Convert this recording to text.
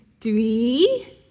three